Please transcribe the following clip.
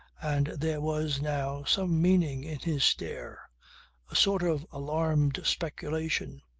and there was now some meaning in his stare a sort of alarmed speculation.